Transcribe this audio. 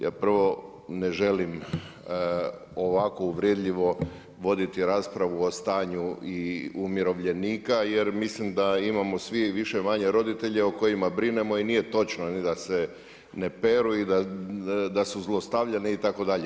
Jer prvo ne želim ovako uvredljivo voditi raspravu o stanju i umirovljenika, jer mislim da imamo svi više-manje roditelje o kojima brinemo i nije točno da se ne peru i da su zlostavljani itd.